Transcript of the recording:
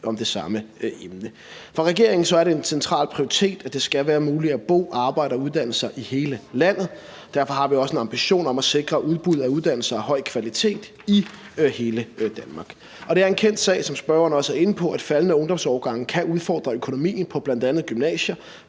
om det samme emne. For regeringen er det en central prioritet, at det skal være muligt at bo, arbejde og uddanne sig i hele landet, og derfor har vi også en ambition om at sikre et udbud af uddannelser af høj kvalitet i hele Danmark. Og det er en kendt sag, som spørgeren også er inde på, at faldende ungdomsårgange kan udfordre økonomien på bl.a. gymnasier,